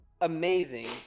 amazing